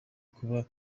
kuba